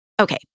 Okay